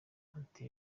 ati